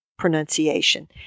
Pronunciation